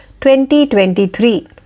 2023